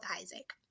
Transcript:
Isaac